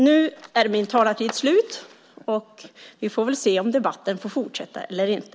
Nu är min talartid slut. Vi får väl se om debatten får fortsätta eller inte.